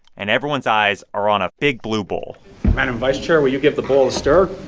and everyone's eyes are on a big, blue bowl madam vice chair, will you give the bowl a stir?